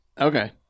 Okay